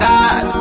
God